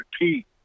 repeat